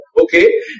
Okay